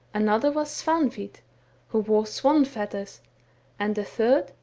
another was svanhwit, who wore swan feathers and the third,